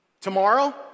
Tomorrow